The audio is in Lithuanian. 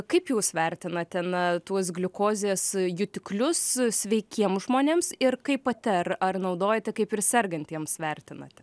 kaip jūs vertinate na tuos gliukozės jutiklius sveikiem žmonėms ir kaip pati ar ar naudojate kaip ir sergantiems vertinate